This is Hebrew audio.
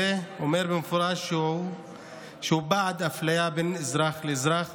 אומר במפורש שהוא בעד אפליה בין אזרח לאזרח,